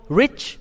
rich